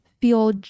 feel